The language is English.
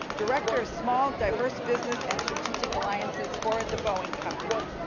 director of small diverse business and strategic alliances for the boeing company.